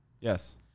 yes